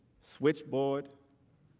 switch board,